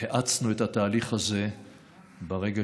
האצנו את התהליך הזה ברגע